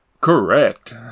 correct